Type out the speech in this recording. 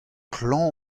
klañv